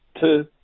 Two